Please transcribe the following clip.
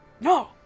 No